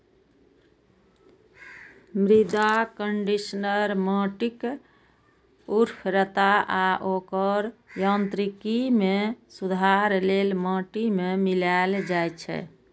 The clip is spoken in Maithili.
मृदा कंडीशनर माटिक उर्वरता आ ओकर यांत्रिकी मे सुधार लेल माटि मे मिलाएल जाइ छै